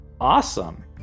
Awesome